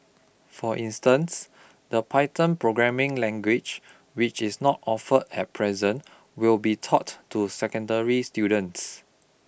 for instance the Python programming language which is not offered at present will be taught to secondary students